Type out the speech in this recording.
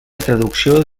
traducció